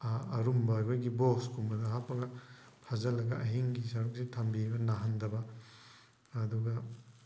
ꯑꯔꯨꯝꯕ ꯑꯩꯈꯣꯏꯒꯤ ꯕꯣꯛꯁꯀꯨꯝꯕꯗ ꯍꯥꯞꯄꯒ ꯐꯥꯖꯜꯂꯒ ꯑꯍꯤꯡꯒꯤ ꯁꯔꯨꯛꯁꯤ ꯊꯝꯕꯤꯕ ꯅꯥꯍꯟꯗꯕ ꯑꯗꯨꯒ